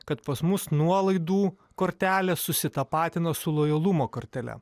kad pas mus nuolaidų kortelė susitapatino su lojalumo kortele